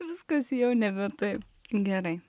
viskas jau nebe taip gerai